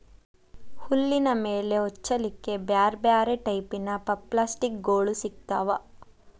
ಹುಲ್ಲಿನ ಮೇಲೆ ಹೊಚ್ಚಲಿಕ್ಕೆ ಬ್ಯಾರ್ ಬ್ಯಾರೆ ಟೈಪಿನ ಪಪ್ಲಾಸ್ಟಿಕ್ ಗೋಳು ಸಿಗ್ತಾವ